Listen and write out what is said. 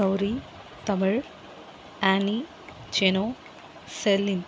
Gowri Tamil Honey செனு செலின்